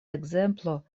ekzemplo